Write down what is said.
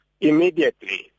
immediately